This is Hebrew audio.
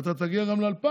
1,000 ואתה תגיע גם ל-2,000.